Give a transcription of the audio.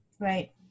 Right